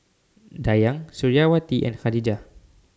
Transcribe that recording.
Dayang Suriawati and Khadija